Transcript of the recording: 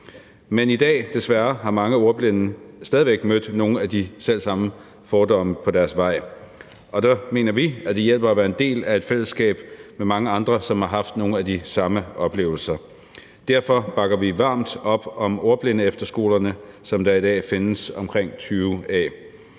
I dag har mange ordblinde desværre stadig væk mødt nogle af de selv samme fordomme på deres vej, og der mener vi, at det hjælper at være en del af et fællesskab med mange andre, som har haft nogle af de samme oplevelser. Derfor bakker vi varmt op om ordblindeefterskolerne, som der i dag findes omkring 20 af.